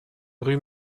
rue